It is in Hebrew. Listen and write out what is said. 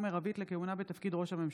(שופט עמית),